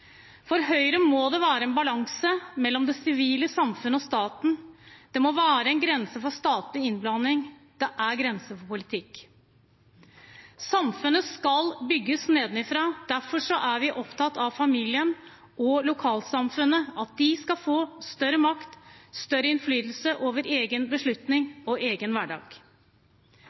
For Høyre må det være en balanse mellom det sivile samfunnet og staten. Det må være en grense for statlig innblanding. Det er grenser for politikk. Samfunnet skal bygges nedenfra. Derfor er vi opptatt av at familien og lokalsamfunnet skal få større makt og større innflytelse over egne beslutninger og egen hverdag.